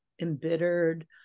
embittered